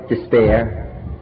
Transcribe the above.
despair